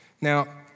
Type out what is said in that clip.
Now